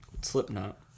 Slipknot